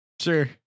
Sure